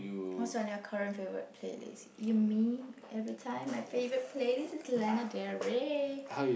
what's on your current favourite playlist you mean every time my favourite playlist is Lana-Del-Ray